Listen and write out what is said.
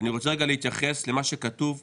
אני רוצה רגע להתייחס למה שכתוב בהמשך,